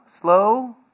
slow